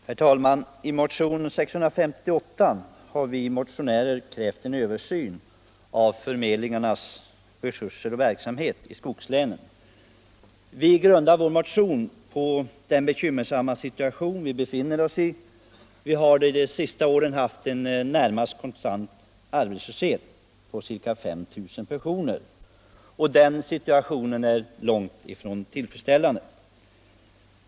Herr talman! I motionen 658 har vi krävt en översyn av arbetsförmedlingarnas resurser och verksamhet i skogslänen. Vi grundar vår motion på den bekymmersamma situation som skogslänen befinner sig i. Det har där under de senaste åren varit en närmast konstant arbetslöshet på ca 5 000 personer, och den situationen är långt ifrån tillfredsställande.